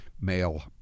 male